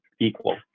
equal